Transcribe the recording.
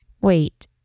Wait